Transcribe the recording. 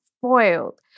spoiled